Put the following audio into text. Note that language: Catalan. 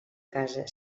casa